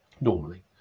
normally